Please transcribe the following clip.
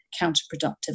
counterproductive